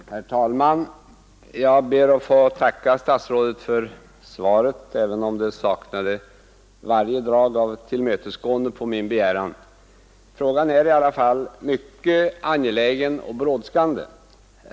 Herr talman! Jag ber att få tacka statsrådet för svaret, även om det saknade varje drag av tillmötesgående av min begäran. Frågan är i alla fall mycket angelägen och brådskande.